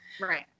Right